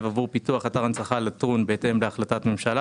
עבור פיתוח אתר הנצחה לטרון בהתאם להחלטת ממשלה,